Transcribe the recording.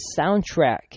soundtrack